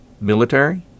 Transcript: military